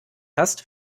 hast